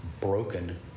broken